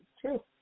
True